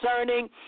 concerning